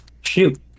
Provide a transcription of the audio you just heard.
shoot